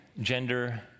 Gender